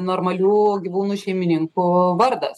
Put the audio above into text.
normalių gyvūnų šeimininkų vardas